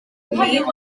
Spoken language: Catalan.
humits